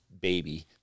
baby